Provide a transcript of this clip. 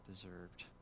deserved